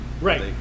Right